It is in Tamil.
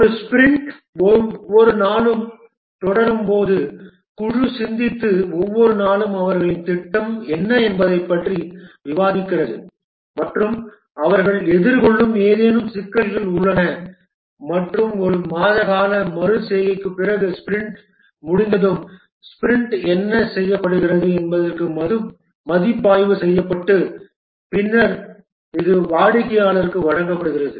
ஒரு ஸ்பிரிண்ட் ஒவ்வொரு நாளும் தொடரும் போது குழு சந்தித்து ஒவ்வொரு நாளும் அவர்களின் திட்டம் என்ன என்பதைப் பற்றி விவாதிக்கிறது மற்றும் அவர்கள் எதிர்கொள்ளும் ஏதேனும் சிக்கல்கள் உள்ளன மற்றும் ஒரு மாத கால மறு செய்கைக்குப் பிறகு ஸ்பிரிண்ட் முடிந்ததும் ஸ்பிரிண்ட் என்ன செய்யப்படுகிறது என்பதற்கு மதிப்பாய்வு செய்யப்பட்டு பின்னர் இது வாடிக்கையாளருக்கு வழங்கப்படுகிறது